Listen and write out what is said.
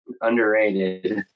underrated